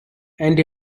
and